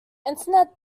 internet